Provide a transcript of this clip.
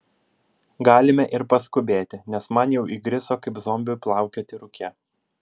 galime ir paskubėti nes man jau įgriso kaip zombiui plaukioti rūke